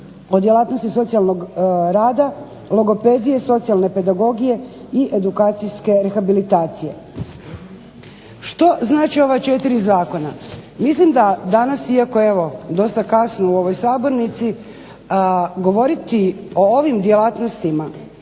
o djelatnosti socijalnog rada, logopedije, socijalne pedagogije i edukacijske rehabilitacije. Što znače ova 4 zakona? Mislim da danas, iako evo dosta kasno u ovoj sabornici, govoriti o ovim djelatnostima